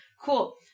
Cool